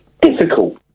Difficult